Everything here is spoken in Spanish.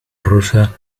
rosa